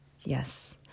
Yes